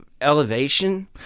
elevation